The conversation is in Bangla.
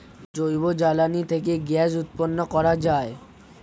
জৈব জ্বালানি থেকে গ্যাস উৎপন্ন করা যায়